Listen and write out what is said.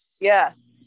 Yes